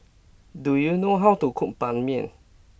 do you know how to cook Ban Mian